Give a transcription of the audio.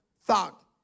thought